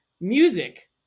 music